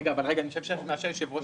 כתוב בתקנות